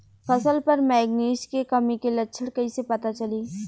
फसल पर मैगनीज के कमी के लक्षण कइसे पता चली?